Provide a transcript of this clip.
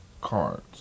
Cards